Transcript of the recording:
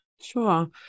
Sure